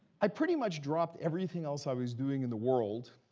i pretty much dropped everything else i was doing in the world,